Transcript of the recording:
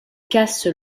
casse